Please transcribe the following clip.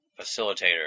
facilitator